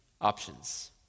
options